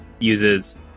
uses